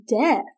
death